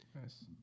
Nice